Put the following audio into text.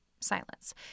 silence